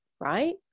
right